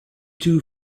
two